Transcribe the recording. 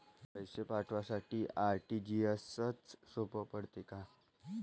पैसे पाठवासाठी आर.टी.जी.एसचं सोप पडते का?